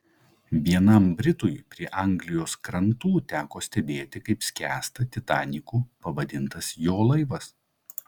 vienam britui prie anglijos krantų teko stebėti kaip skęsta titaniku pavadintas jo laivas